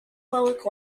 public